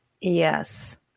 Yes